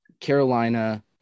Carolina –